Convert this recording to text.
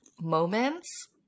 moments